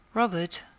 robert,